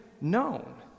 known